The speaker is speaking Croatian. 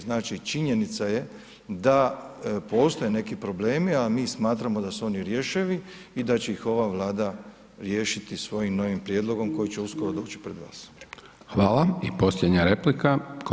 Znači, činjenica je da postoje neki problemi, a mi smatramo da su oni rješivi i da će ih ova Vlada riješiti svojim novim prijedlogom koji će uskoro doći pred vas.